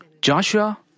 Joshua